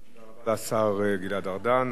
תודה לשר גלעד ארדן.